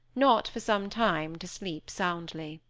not, for some time, to sleep soundly.